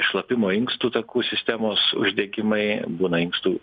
šlapimo inkstų takų sistemos uždegimai būna inkstų